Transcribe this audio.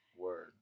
word